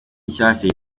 nshyashya